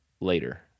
later